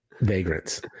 vagrants